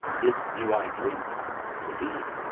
this do i drink to thee.